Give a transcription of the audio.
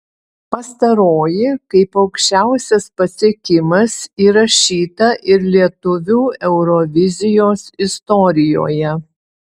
pastaroji kaip aukščiausias pasiekimas įrašyta ir lietuvių eurovizijos istorijoje